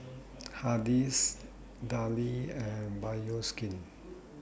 Hardy's Darlie and Bioskin